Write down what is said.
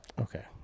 Okay